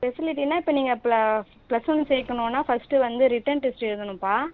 ஃபெசிலிட்டினா இப்போ நீங்கள் ப்ள ப்ளஸ் ஒன் சேர்க்கணுன்னா ஃபஸ்ட்டு வந்து ரிட்டன் டெஸ்ட்டு எழுதணும்ப்பா